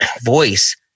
voice